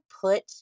put